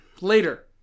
later